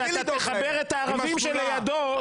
--- כשאתה תחבר את הערבים שלידו,